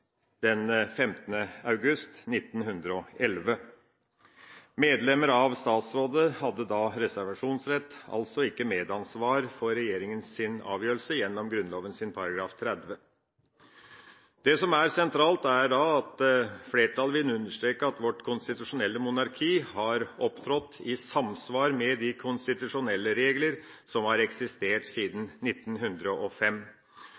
15. august 1911. Medlemmer av statsrådet hadde da reservasjonsrett, altså ikke medansvar for regjeringas avgjørelse gjennom Grunnloven § 30. Det som er sentralt, er det som flertallet understreker, at vårt konstitusjonelle monarki har opptrådt i samsvar med de konstitusjonelle regler som har eksistert